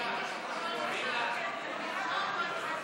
את הצעת חוק הבנקאות (שירות ללקוח) (תיקון,